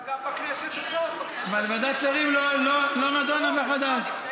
אבל היא עלתה גם בכנסת הזאת.